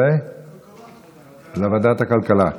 לוועדת הכלכלה.